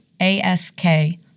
A-S-K